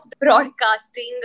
broadcasting